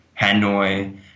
Hanoi